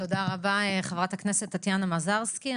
תודה רבה חברת הכנסת טטיאנה מזרסקי.